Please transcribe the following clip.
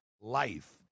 life